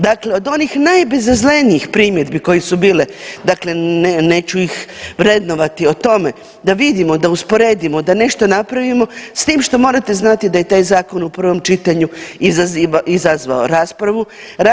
Dakle, od onih najbezazlenijih primjedbi koje su bile, dakle neću ih vrednovati o tome da vidimo, da usporedimo, da nešto napravimo s tim što morate znati da je taj zakon u prvom čitanju izazivao, izazvao raspravu.